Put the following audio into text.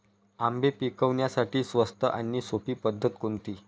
आंबे पिकवण्यासाठी स्वस्त आणि सोपी पद्धत कोणती?